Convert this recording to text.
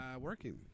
Working